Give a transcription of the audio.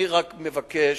אני רק מבקש: